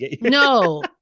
No